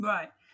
Right